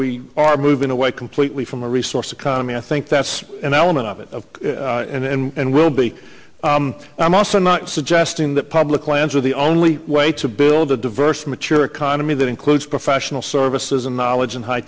we are moving away completely from a resource economy i think that's an element of it and will be i'm also not suggesting that public lands are the only way to build a diverse mature economy that includes professional services and knowledge and high